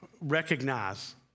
recognize